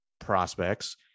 prospects